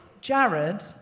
Jared